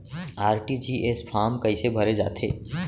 RTGS form कइसे भरे जाथे?